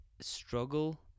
struggle